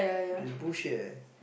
which is bullshit leh